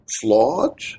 Flawed